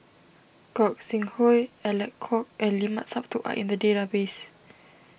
Gog Sing Hooi Alec Kuok and Limat Sabtu are in the database